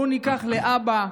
בואו ניקח להבא,